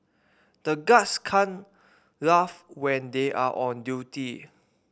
the guards can't laugh when they are on duty